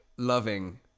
loving